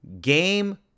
Game